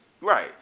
Right